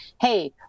hey